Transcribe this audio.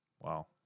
wow